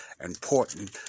important